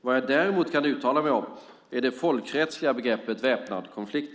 Vad jag däremot kan uttala mig om är det folkrättsliga begreppet "väpnad konflikt".